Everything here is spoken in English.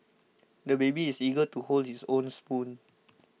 the baby is eager to hold his own spoon